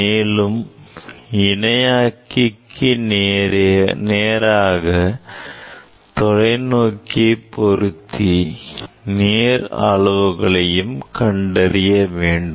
மேலும் இணையாக்கிக்கு நேராக தொலைநோக்கியை பொருத்தி நேர் அளவுகளையும் கண்டறிய வேண்டும்